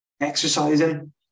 exercising